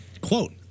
quote